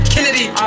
Kennedy